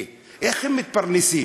אה, איך הם מתפרנסים?